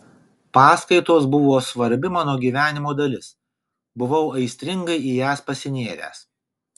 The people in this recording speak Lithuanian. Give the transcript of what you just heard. paskaitos buvo svarbi mano gyvenimo dalis buvau aistringai į jas pasinėręs